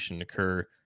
occur